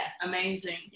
amazing